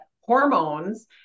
hormones